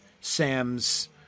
Sam's